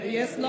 Yes